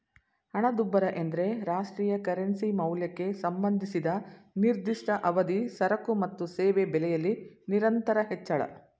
ಹಣದುಬ್ಬರ ಎಂದ್ರೆ ರಾಷ್ಟ್ರೀಯ ಕರೆನ್ಸಿ ಮೌಲ್ಯಕ್ಕೆ ಸಂಬಂಧಿಸಿದ ನಿರ್ದಿಷ್ಟ ಅವಧಿ ಸರಕು ಮತ್ತು ಸೇವೆ ಬೆಲೆಯಲ್ಲಿ ನಿರಂತರ ಹೆಚ್ಚಳ